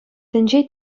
тӗнче